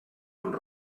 amb